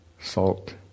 salt